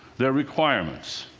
their requirements.